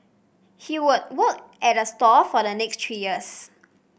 he would work at the store for the next three years